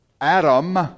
Adam